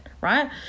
right